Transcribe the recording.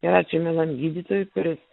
ir ačiū mielam gydytojui kuris